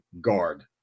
guard